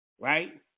right